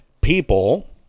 people